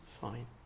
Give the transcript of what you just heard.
Fine